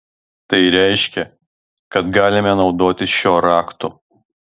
tai reiškia kad galime naudotis šiuo raktu